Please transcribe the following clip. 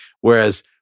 whereas